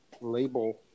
label